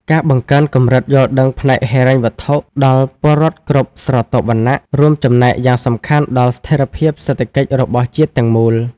ការបង្កើនកម្រិតយល់ដឹងផ្នែកហិរញ្ញវត្ថុ ដល់ពលរដ្ឋគ្រប់ស្រទាប់វណ្ណៈ រួមចំណែកយ៉ាងសំខាន់ដល់ស្ថិរភាពសេដ្ឋកិច្ចរបស់ជាតិទាំងមូល។